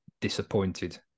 disappointed